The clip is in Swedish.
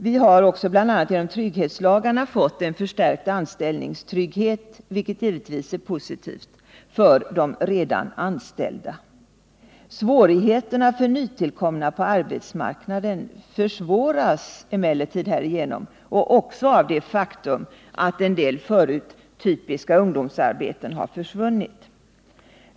Vi har också bl.a. genom trygghetslagarna fått en förstärkt anställningstrygghet — vilket givetvis är positivt — för de redan anställda. Svårigheterna för nytillkomna på arbetsmarknaden förstärks emellertid härigenom och också av det faktum att en del förut typiska ungdomsarbeten försvunnit.